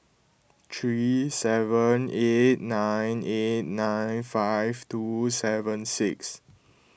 three seven eight nine eight nine five two seven six